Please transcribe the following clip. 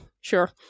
sure